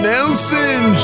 Nelson